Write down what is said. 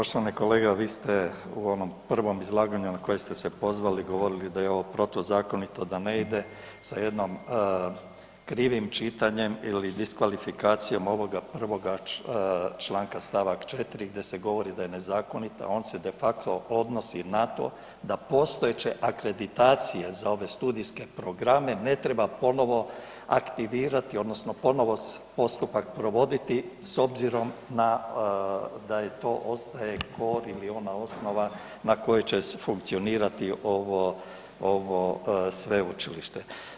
Poštovani kolega, vi ste u onom prvom izlaganju na koje ste se pozvali govorili da je ovo protuzakonito, da ne ide sa jednom krivim čitanjem ili diskvalifikacijom ovoga prvoga članka st. 4. gdje se govori da je nezakonit, a on se de facto odnosi na to da postojeće akreditacije za ove studijske programe ne treba ponovo aktivirati odnosno ponovo postupak provoditi s obzirom na, da je to ostaje kor ili ona osnova na kojoj će funkcionirati ovo, ovo sveučilište.